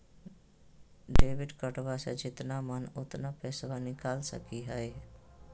Debit कार्डबा से जितना मन उतना पेसबा निकाल सकी हय?